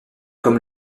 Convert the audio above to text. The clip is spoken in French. comme